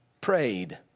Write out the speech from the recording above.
prayed